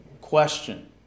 question